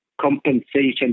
compensation